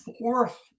fourth